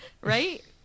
right